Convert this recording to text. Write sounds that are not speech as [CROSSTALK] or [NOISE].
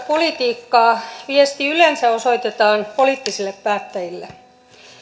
[UNINTELLIGIBLE] politiikkaa viesti yleensä osoitetaan poliittisille päättäjille